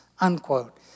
unquote